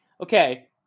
okay